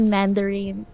Mandarin